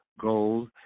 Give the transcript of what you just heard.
gold